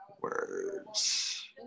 words